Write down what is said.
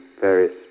various